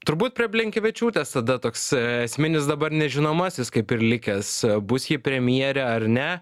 turbūt prie blinkevičiūtės tada toks esminis dabar nežinomasis kaip ir likęs bus ji premjere ar ne